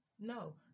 No